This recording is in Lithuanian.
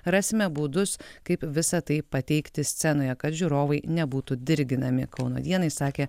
rasime būdus kaip visa tai pateikti scenoje kad žiūrovai nebūtų dirginami kauno dienai sakė